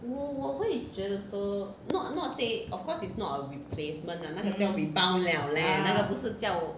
mm mm ah